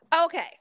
Okay